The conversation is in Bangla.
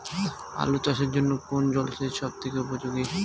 আলু চাষের জন্য কোন জল সেচ সব থেকে উপযোগী?